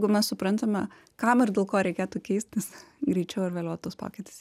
jeigu mes suprantame kam ir dėl ko reikėtų keistis greičiau ar vėliau tas pokytis